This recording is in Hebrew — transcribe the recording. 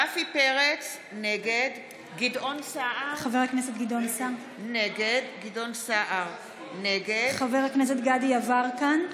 רפי פרץ, נגד גדעון סער, נגד דסטה גדי יברקן,